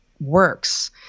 works